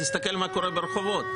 תסתכל מה קורה ברחובות,